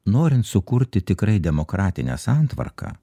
norint sukurti tikrai demokratinę santvarką